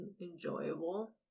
Enjoyable